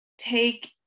Take